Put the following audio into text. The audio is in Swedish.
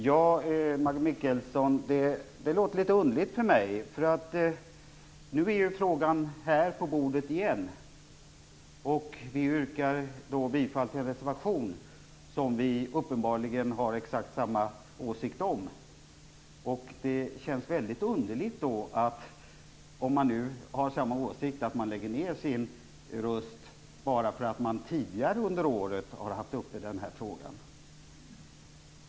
Herr talman! Det låter litet underligt i mina öron, Maggi Mikaelsson. Nu ligger ju frågan här på bordet igen, och vi yrkar bifall till en reservation som vi uppenbarligen har exakt samma åsikt om. Om man nu har samma åsikt känns det väldigt underligt att man lägger ned sin röst bara därför att man haft uppe frågan tidigare under året.